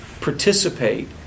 participate